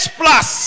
plus